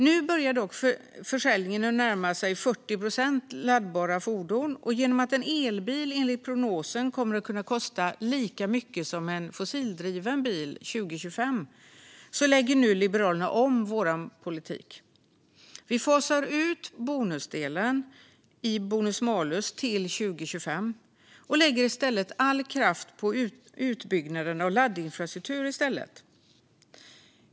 Nu börjar dock försäljningen av laddbara fordon närma sig 40 procent, och genom att en elbil enligt prognosen kommer att kosta lika mycket som en fossildriven bil år 2025 lägger nu Liberalerna om vår politik. Vi fasar ut bonusdelen i bonus malus-systemet till 2025 och lägger i stället all kraft på utbyggnaden av laddinfrastruktur.